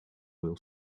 will